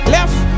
Left